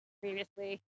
previously